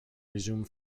resume